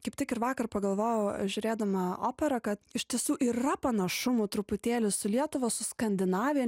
kaip tik ir vakar pagalvojau žiūrėdama operą kad iš tiesų yra panašumų truputėlį su lietuva su skandinavija